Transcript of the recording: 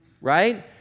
right